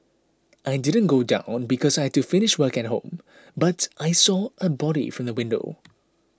I didn't go down because I had to finish work at home but I saw a body from the window